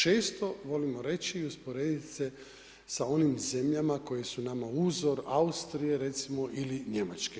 Često volimo reći i usporediti se sa onim zemljama koje su nama uzor, Austrije recimo ili Njemačke.